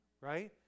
right